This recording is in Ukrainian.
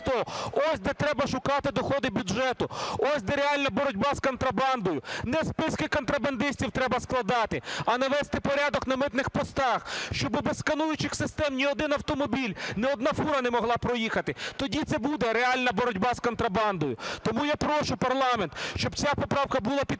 Ось де треба шукати доходи бюджету, ось де реальна боротьба з контрабандою. Не списки контрабандистів треба складати, а навести порядок на митних постах, щоб без скануючих систем ні один автомобіль, ні одна фура не могла проїхати. Тоді це буде реальна боротьба з контрабандою. Тому я прошу парламент, щоб ця поправка була підтримана.